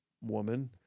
woman